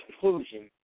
conclusion